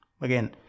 Again